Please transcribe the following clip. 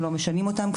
אנחנו לא משנים אותם,